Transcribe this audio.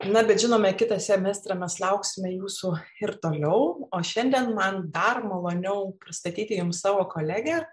na bet žinoma kitą semestrą mes lauksime jūsų ir toliau o šiandien man dar maloniau pristatyti jums savo kolegę